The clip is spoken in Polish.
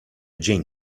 dzień